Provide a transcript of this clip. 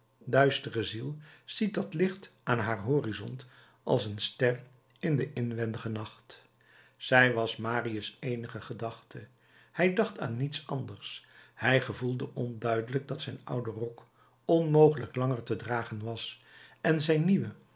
duistere ziel ziet dat licht aan haar horizont als een ster in den inwendigen nacht zij was marius eenige gedachte hij dacht aan niets anders hij gevoelde onduidelijk dat zijn oude rok onmogelijk langer te dragen was en zijn nieuwe